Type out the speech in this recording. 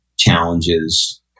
challenges